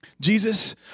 Jesus